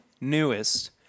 newest